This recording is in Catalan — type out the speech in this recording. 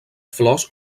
flors